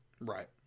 right